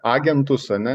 agentus ane